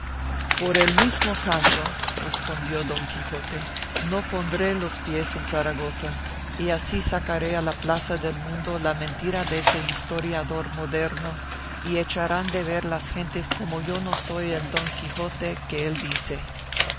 por el mismo caso respondió don quijote no pondré los pies en zaragoza y así sacaré a la plaza del mundo la mentira dese historiador moderno y echarán de ver las gentes como yo no soy el don quijote que él dice